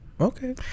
Okay